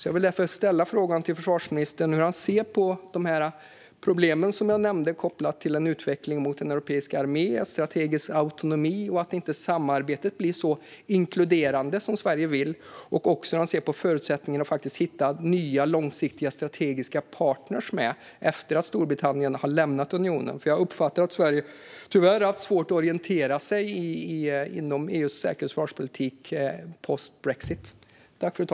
Jag vill därför fråga försvarsministern hur han ser på de problem som jag nämnde: för det första en utveckling mot en europeisk armé, för det andra strategisk autonomi och för det tredje att samarbetet inte blir så inkluderande som Sverige vill. Jag undrar också hur han ser på förutsättningarna för att hitta nya långsiktiga strategiska partner efter att Storbritannien lämnat unionen. Jag uppfattar att Sverige tyvärr har haft svårt att orientera sig inom EU:s säkerhets och försvarspolitik post-brexit.